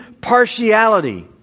partiality